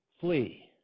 flee